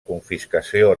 confiscació